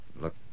Look